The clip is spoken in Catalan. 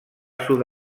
sud